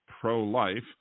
pro-life